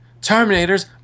Terminators